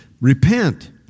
Repent